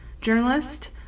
journalist